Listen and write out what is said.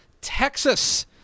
Texas